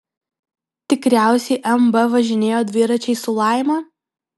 tikriausiai mb važinėjo dviračiais su laima